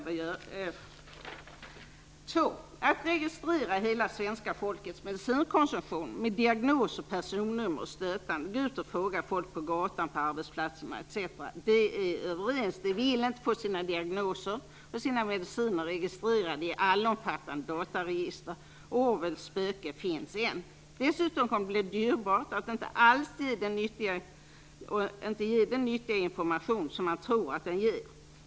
Att registrera hela svenska folkets medicinkonsumtion med diagnos och personnummer är stötande. Gå ut och fråga folk på gatan, arbetsplatserna etc.! De är överens om att de inte vill få sina diagnoser och sina mediciner registrerade i allomfattande dataregister. Orwells spöke finns än. Dessutom kommer det att bli dyrbart att inte ge den nyttiga information som man tror att detta ger.